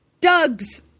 Doug's